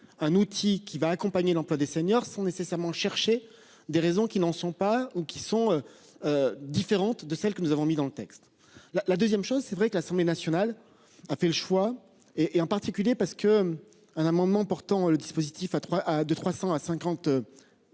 un outil qui va accompagner l'emploi des seniors sont nécessairement chercher des raisons qui n'en sont pas ou qui sont. Différentes de celles que nous avons mis dans le texte la la 2ème chose c'est vrai que l'Assemblée nationale a fait le choix et, et en particulier parce que un amendement portant le dispositif à trois